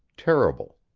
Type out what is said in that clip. terrible.